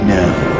now